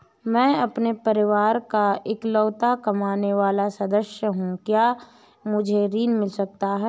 मैं अपने परिवार का इकलौता कमाने वाला सदस्य हूँ क्या मुझे ऋण मिल सकता है?